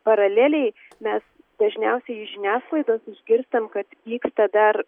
paraleliai mes dažniausiai iš žiniasklaidos išgirstam kad vyksta dar